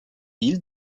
île